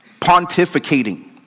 pontificating